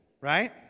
right